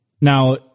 Now